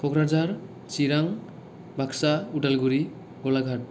Kokrajhar Chirang Baksa Udalguri Golaghat